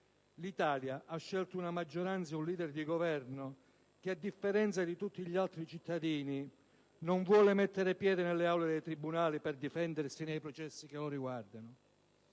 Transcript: L'Italia ha scelto una maggioranza e un *leader* di Governo che, a differenza di tutti gli altri cittadini, non vuole mettere piede nelle aule dei tribunali per difendersi nei processi che lo riguardano: